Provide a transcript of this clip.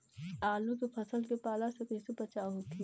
आलू के फसल के पाला से कइसे बचाव होखि?